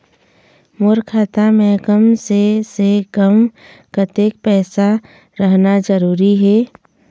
मोर खाता मे कम से से कम कतेक पैसा रहना जरूरी हे?